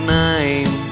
name